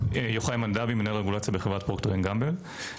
אני יוחאי מנדבי מנהל רגולציה בחברת פרוקטר אנד גמבל.